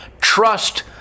trust